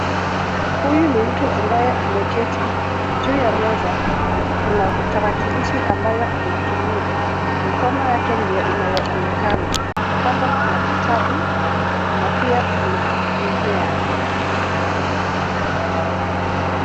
Huyu ni mtu ambaye ameketi. Juu ya meza kuna tarakilishi ambayo anatumia. Mikono yake ndiyo inayoonekana. Kando kuna kitabu na pia kuna mmea.